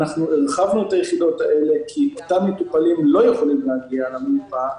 הרחבנו את היחידות האלה כי אותם מטופלים לא יכולים להגיע למרפאה,